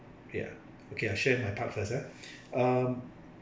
ya okay I'll share my part first ah um